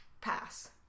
Pass